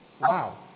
Wow